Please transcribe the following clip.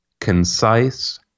concise